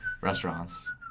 restaurants